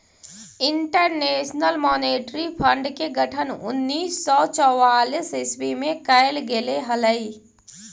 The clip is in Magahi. इंटरनेशनल मॉनेटरी फंड के गठन उन्नीस सौ चौवालीस ईस्वी में कैल गेले हलइ